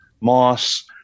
Moss